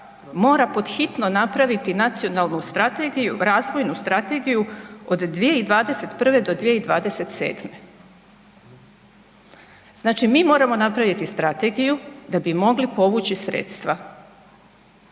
mora pod hitno napraviti nacionalnu strategiju, razvojnu strategiju od 2021. do 2027., znači mi moramo napraviti strategiju da bi mogli povući sredstva.